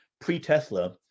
pre-Tesla